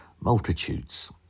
multitudes